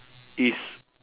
it's